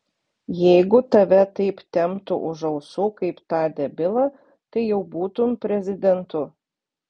jeigu tave taip temptų už ausų kaip tą debilą tai jau būtum prezidentu